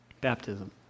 Baptism